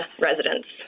residents